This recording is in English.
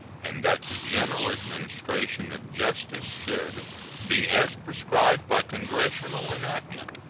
and that the general administration of justice should be as prescribed by congressional enactment.